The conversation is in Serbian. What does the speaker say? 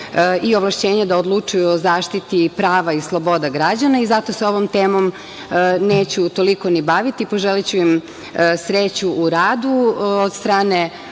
i ovlašćenje da odlučuju o zaštiti prava i sloboda građana. Zato se ovom temom neću toliko ni baviti. Poželeću im sreću u radu od strane